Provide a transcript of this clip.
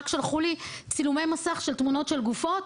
רק שלחו לי צילומי מסך של תמונות של גופות.